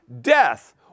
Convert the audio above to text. Death